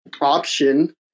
option